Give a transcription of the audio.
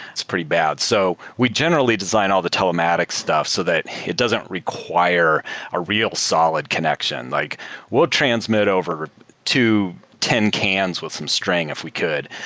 it's pretty bad. so we generally design all the telematics stuff so that it doesn't require a real solid connection. like we'll transmit over to ten cans with some string if we could.